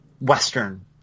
Western